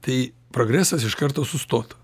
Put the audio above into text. tai progresas iš karto sustotų